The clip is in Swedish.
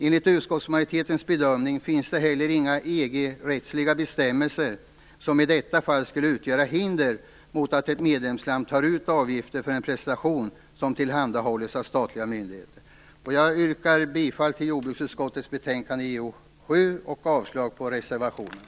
Enligt utskottsmajoritetens bedömning finns det heller inga EG-rättsliga bestämmelser som i detta fall skulle utgöra ett hinder mot att ett medlemsland tar ut avgifter för en prestation som tillhandahållits av statliga myndigheter. Jag yrkar bifall till hemställan i jordbruksutskottets betänkande JoU7 och avslag på reservationerna.